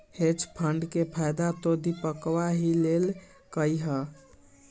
hedge fund के फायदा तो दीपकवा ही लेल कई है